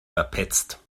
verpetzt